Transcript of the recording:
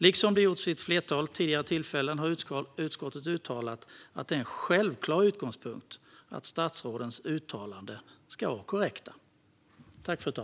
Liksom vid ett flertal tidigare tillfällen har utskottet uttalat att det är en självklar utgångspunkt att statsrådens uttalanden ska vara korrekta.